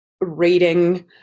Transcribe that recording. reading